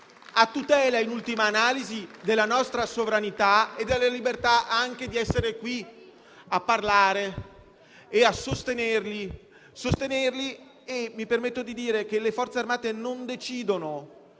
e, in ultima analisi, della nostra sovranità, nonché della libertà anche di essere qui a parlare e sostenerli. Mi permetto di dire che le Forze armate non decidono